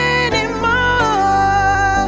anymore